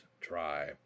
Try